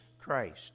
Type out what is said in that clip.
Christ